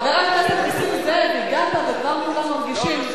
חבר הכנסת נסים זאב, הגעת וכבר כולם מרגישים.